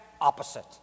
opposite